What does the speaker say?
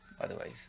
otherwise